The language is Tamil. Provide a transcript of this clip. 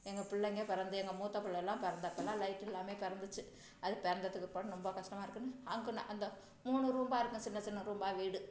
எங்கள் பிள்ளைங்க பிறந்து எங்கள் மூத்த பிள்ளலாம் பிறந்த அப்போலாம் லைட் இல்லாமையே பிறந்துச்சு அது பிறந்ததுக்கு அப்புறம் ரொம்ப கஷ்டமாக இருக்குன்னு வாங்குனேன் அந்த மூணு ரூம்மா இருக்கும் சின்ன சின்ன ரூம்மா வீடு